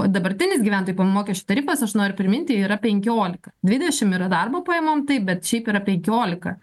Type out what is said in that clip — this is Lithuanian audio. dabartinis gyventojų pajamų mokesčio tarifas aš noriu priminti yra penkiolika dvidešim yra darbo pajamom taip bet šiaip yra penkiolika